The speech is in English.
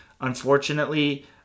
Unfortunately